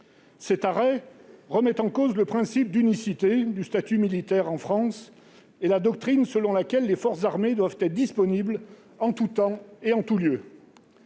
Cet arrêt remet en cause le principe d'unicité du statut militaire en France et la doctrine selon laquelle les forces armées doivent être disponibles « en tout temps et en tout lieu